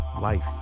Life